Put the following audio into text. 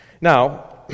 Now